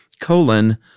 colon